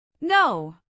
No